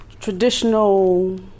traditional